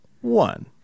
one